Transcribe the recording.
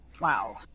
Wow